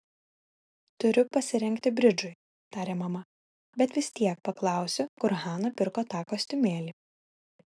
turiu pasirengti bridžui tarė mama bet vis tiek paklausiu kur hana pirko tą kostiumėlį